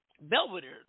Belvedere